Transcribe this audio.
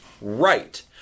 right